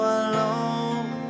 alone